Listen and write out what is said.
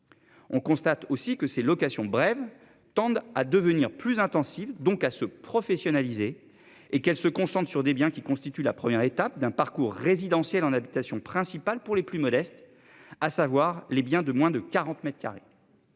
On constate aussi que ces locations brèves tendent à devenir plus intensive donc à se professionnaliser et qu'elle se concentre sur des biens qui constitue la première étape d'un parcours résidentiel en habitation principale pour les plus modestes, à savoir les biens de moins de 40 m2. Depuis